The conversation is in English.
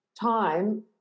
time